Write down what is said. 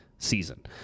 season